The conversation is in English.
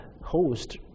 host